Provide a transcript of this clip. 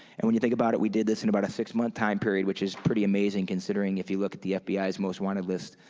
and when you think about it, we did this in about a six month time period, which is pretty amazing, considering if you look at the fbi's most wanted list,